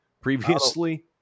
previously